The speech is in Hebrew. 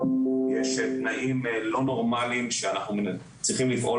יש תנאים לא נורמליים שאנחנו צריכים לפעול